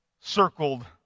circled